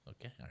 Okay